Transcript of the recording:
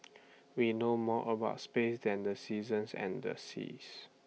we know more about space than the seasons and the seas